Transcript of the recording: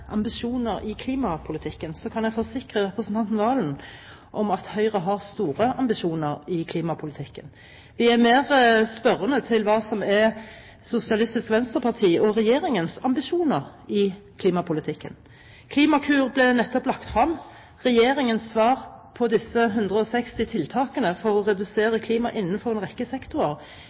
ambisjoner i klimapolitikken, kan jeg forsikre representanten Valen om at Høyre har store ambisjoner i klimapolitikken. Vi er mer spørrende til hva som er Sosialistisk Venstrepartis og regjeringens ambisjoner i klimapolitikken. Klimakur ble nettopp lagt frem. Regjeringens svar på disse 160 tiltakene for å redusere klimagassutslipp innenfor en rekke sektorer